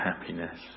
happiness